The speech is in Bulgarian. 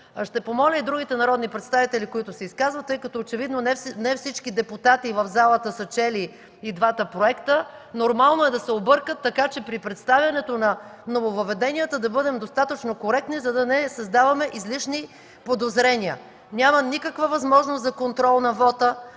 Ще помоля и другите народни представители, които се изказват, тъй като очевидно не всички депутати в залата са чели и двата проекта, нормално е да се объркат, така че при представянето на нововъведенията да бъдем достатъчно коректни, за да не създаваме излишни подозрения. Няма никаква възможност за контрол на вота,